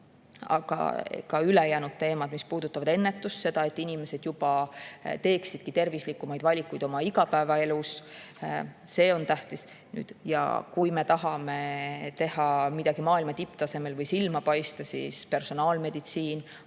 Aga ka ülejäänud teemad, mis puudutavad ennetust, seda, et inimesed teeksid tervislikumaid valikuid juba igapäevaelus, on tähtsad. Kui me tahame teha midagi maailma tipptasemel või silma paista, siis on personaalmeditsiin,